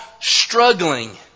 struggling